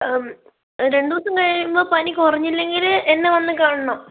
രണ്ടു ദിവസം കഴിയുമ്പം പനി കുറഞ്ഞില്ലെങ്കിൽ എന്നെ വന്ന് കാണണം